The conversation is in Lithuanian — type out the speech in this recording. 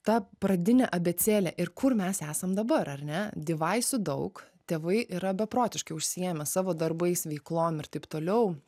ta pradinė abėcėlė ir kur mes esam dabar ar ne divaisų daug tėvai yra beprotiškai užsiėmę savo darbais veiklom ir taip toliau